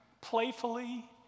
Playfully